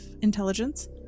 intelligence